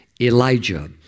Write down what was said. Elijah